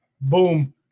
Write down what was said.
boom